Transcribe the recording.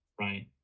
right